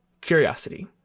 curiosity